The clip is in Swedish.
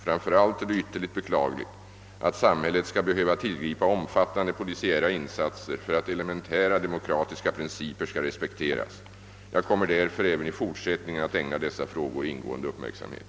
Framför allt är det ytterligt beklagligt att samhället skall behöva tillgripa omfattande polisiära insatser för att elementära demokratiska principer skall respekteras. Jag kommer därför även i fortsättningen att ägna dessa frågor ingående uppmärksamhet.